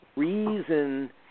Reason